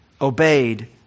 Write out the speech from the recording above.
obeyed